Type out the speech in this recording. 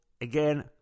again